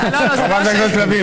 חברת הכנסת לביא,